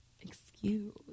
excuse